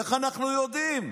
איך אנחנו יודעים?